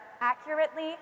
accurately